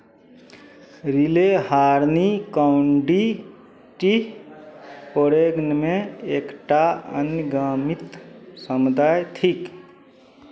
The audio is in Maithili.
रिलेहारनी काउंडीटी परेग्नमे एकटा अन्यगामित समुदाय थिक